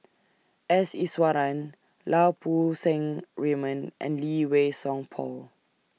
S Iswaran Lau Poo Seng Raymond and Lee Wei Song Paul